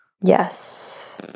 Yes